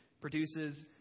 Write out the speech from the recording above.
produces